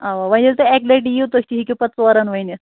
اَوا وۅنۍ ییٚلہِ تُہۍ اَکہِ لٹہِ یِیِو تُہۍ تہِ ہیٚکِو پَتہٕ ژورن ؤنِتھ